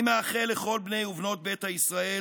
אני מאחל לכל בני ובנות ביתא ישראל